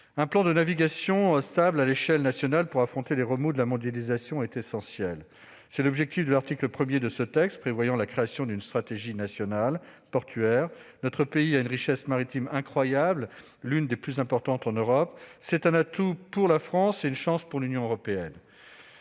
Un plan de navigation stable à l'échelle nationale pour affronter les remous de la mondialisation est essentiel. C'est l'objectif de l'article 1 de ce texte, qui prévoit la création d'une stratégie nationale portuaire. Notre pays a une richesse maritime incroyable, l'une des plus importantes en Europe. C'est un atout pour la France et une chance pour l'Union européenne.